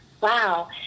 wow